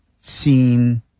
seen